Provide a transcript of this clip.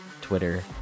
Twitter